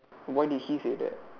why did he say that